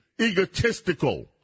egotistical